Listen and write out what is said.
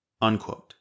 Unquote